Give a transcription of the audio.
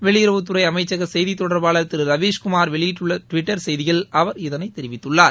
வெளியுறவுத்துறை அமைச்சக செய்தி தொடர்பாளர் திரு ரவிஸ்குமார் வெளியிட்டுள்ள டுவிட்டர் செய்தியில் அவர் இதனை தெரிவித்துள்ளார்